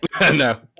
No